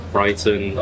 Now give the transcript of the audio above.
Brighton